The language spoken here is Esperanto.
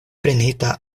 prenita